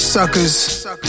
suckers